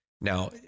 Now